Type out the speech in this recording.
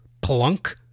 plunk